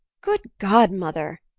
good god, mother!